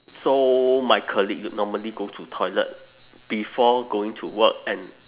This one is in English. so my colleague normally go to toilet before going to work and